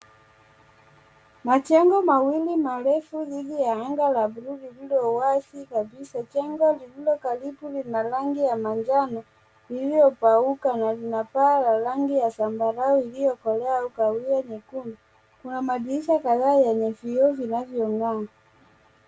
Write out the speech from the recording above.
Majengo mawili marefu jini ya angaa ya bluu lililo wazi kabisa. Jengo lililo karibu lina rangi ya manjano ililopauka na lina paa ya rangi ya sambarau iliokolea au kahawia nyekundu. Kuna madirisha kataa enye vioo vinavyo ngaa.